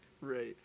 Right